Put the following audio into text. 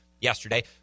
yesterday